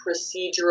procedural